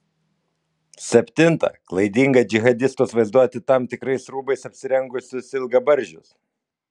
septinta klaidinga džihadistus vaizduoti tam tikrais rūbais apsirengusius ilgabarzdžius